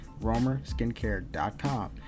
romerskincare.com